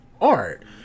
art